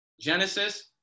Genesis